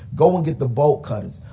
go and get the bolt cutters.